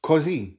Così